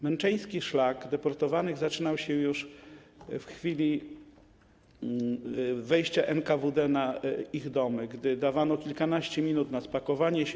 Męczeński szlak deportowanych zaczynał się już w chwili wejścia NKWD do ich domów, gdy dawano kilkanaście minut na spakowanie się.